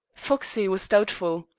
foxey was doubtful.